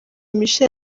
michel